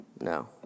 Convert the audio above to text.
No